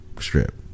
strip